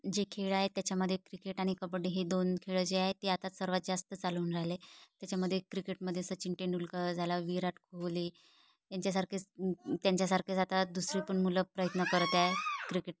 जे खेळ आहे त्याच्यामध्ये क्रिकेट आणि कबड्डी हे दोन खेळ जे आहे ते आता सर्वात जास्त चालवून राहिले त्याच्यामध्ये क्रिकेटमध्ये सचिन तेंडुलकर झालं विराट कोहली यांच्यासारखेच त्यांच्यासारखेच आता दुसरी पण मुलं प्रयत्न करत आहे क्रिकेट